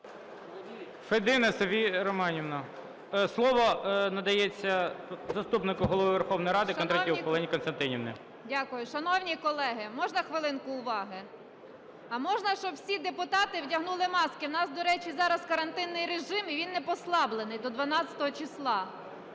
Федина Софія Романівна. Слово надається заступнику Голови Верховної Ради Кондратюк Олені Костянтинівні. 13:55:45 КОНДРАТЮК О.К. Дякую. Шановні колеги! Можна хвилинку уваги? А можна, щоб всі депутати вдягнули маски? У нас, до речі, зараз карантинний режим і він не послаблений до 12-го числа.